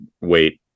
wait